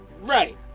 Right